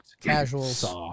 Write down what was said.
Casuals